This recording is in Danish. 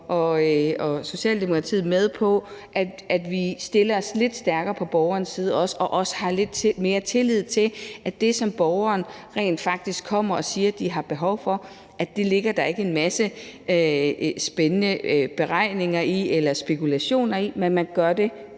og Socialdemokratiet med på, at vi stiller os lidt stærkere på borgerens side og også har lidt mere tillid til, at det, som borgerne rent faktisk kommer og siger de har behov for, ligger der ikke en masse spændende beregninger i eller spekulationer i, og at det,